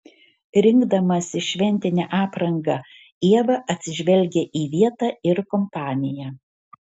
rinkdamasi šventinę aprangą ieva atsižvelgia į vietą ir kompaniją